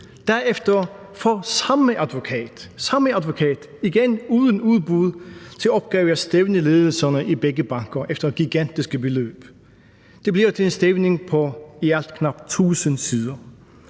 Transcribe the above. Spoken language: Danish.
advokat – samme advokat – igen uden udbud til opgave at stævne ledelserne i begge banker for gigantiske beløb. Det bliver til en stævning på i alt knap 1.000 sider.